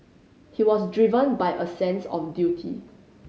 he was driven by a sense a duty